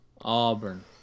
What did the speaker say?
Auburn